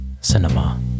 Cinema